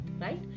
Right